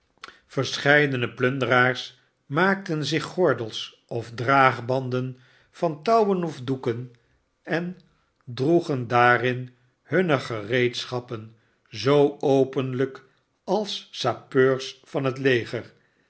verscheidene plunderaars maakten zich gordels of draagbanden van touwen of doeken en droegen daarin hunne gereedschappen zoo openlijk als sappeurs van net leger